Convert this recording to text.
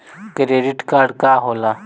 Credit card का होला?